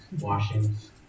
washings